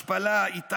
השפלה, התעללות,